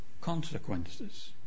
consequences